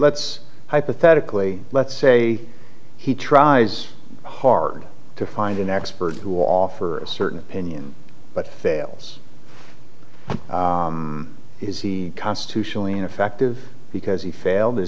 let's hypothetically let's say he tries hard to find an expert who offer a certain opinion but fails is he constitutionally ineffective because he failed is